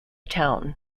town